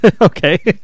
Okay